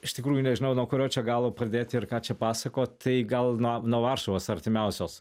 iš tikrųjų nežinau nuo kurio čia galo pradėti ir ką čia pasakot tai gal nuo nuo varšuvos artimiausios